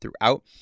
throughout